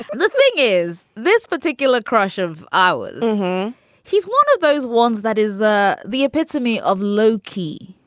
the thing is, this particular crush of ours he's one of those ones that is the the epitome of low key.